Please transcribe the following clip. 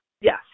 Yes